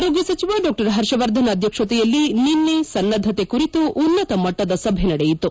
ಆರೋಗ್ಯ ಸಚಿವ ಡಾ ಪರ್ಷವರ್ಧನ್ ಅಧ್ಯಕ್ಷತೆಯಲ್ಲಿ ನಿನ್ನೆ ಸನ್ನದ್ಧತೆ ಕುರಿತು ಉನ್ನತ ಮಟ್ಟದ ಸಭೆ ನಡೆಯಿತು